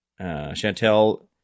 Chantel